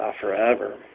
forever